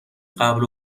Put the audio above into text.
قبل